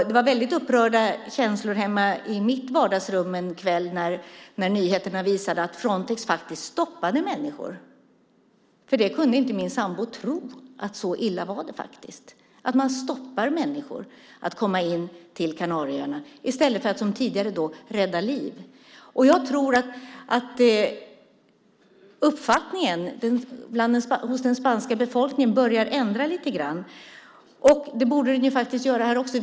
Det var väldigt upprörda känslor en kväll hemma hos mig i mitt vardagsrum när nyheterna visade att Frontex stoppade människor. Min sambo kunde inte tro att det faktiskt var så illa att man stoppade människor från att komma in till Kanarieöarna - detta i stället för att, som tidigare gällde, rädda liv. Jag tror att den spanska befolkningen lite grann börjar ändra uppfattning. Det borde man göra också här.